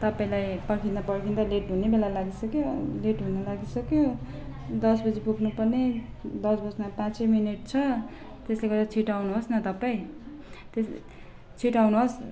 तपाईँलाई पर्खिँदा पर्खिँदा लेट हुने बेला लागिसक्यो लेट हुनु लागिसक्यो दस बजी पुग्नुपर्ने दस बज्न पाँचै मिनट छ त्यसले गर्दा छिटो आउनुहोस् न तपाईँ त्यो छिटो आउनुहोस्